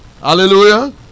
Hallelujah